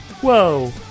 Whoa